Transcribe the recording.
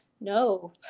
No